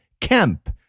Kemp